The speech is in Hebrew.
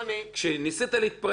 - כשניסית להתפרץ.